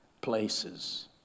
places